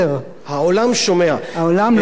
העולם לא שווה ביוקרתו לשר.